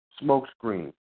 Smokescreen